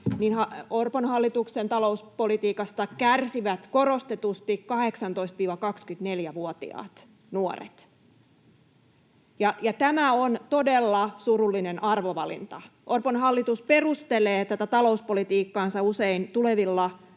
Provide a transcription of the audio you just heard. Orpon hallituksen talouspolitiikasta kärsivät korostetusti 18—24-vuotiaat nuoret, ja tämä on todella surullinen arvovalinta. Orpon hallitus perustelee tätä talouspolitiikkaansa usein tulevilla sukupolvilla